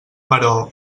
però